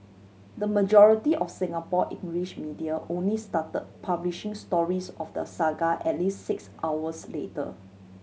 the majority of Singapore English media only start publishing stories of the saga at least six hours later